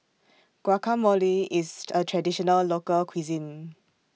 Guacamole IS A Traditional Local Cuisine